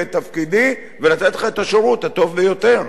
ואת תפקידי ולתת לך את השירות הטוב ביותר.